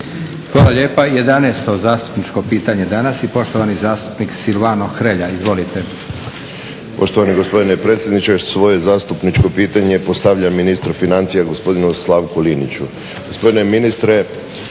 Hvala lijepa. Jedanaesto zastupničko pitanje danas i poštovani zastupnik Silvano Hrelja. Izvolite. **Hrelja, Silvano (HSU)** Poštovani gospodine predsjedniče svoje zastupničko pitanje postavljam ministru financija gospodinu Slavku Liniću.